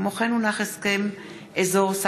מכלוף מיקי זוהר ואיתן ברושי,